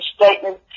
statement